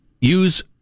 use